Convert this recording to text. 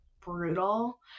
brutal